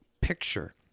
picture